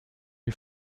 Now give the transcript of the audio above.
est